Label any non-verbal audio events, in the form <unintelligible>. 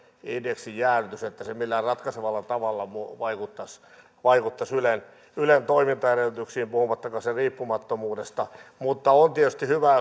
indeksijäädytys niin se millään ratkaisevalla tavalla vaikuttaisi vaikuttaisi ylen ylen toimintaedellytyksiin puhumattakaan sen riippumattomuudesta mutta on tietysti hyvä <unintelligible>